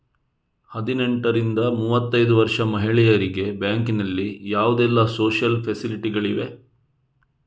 ಹದಿನೆಂಟರಿಂದ ಮೂವತ್ತೈದು ವರ್ಷ ಮಹಿಳೆಯರಿಗೆ ಬ್ಯಾಂಕಿನಲ್ಲಿ ಯಾವುದೆಲ್ಲ ಸೋಶಿಯಲ್ ಫೆಸಿಲಿಟಿ ಗಳಿವೆ?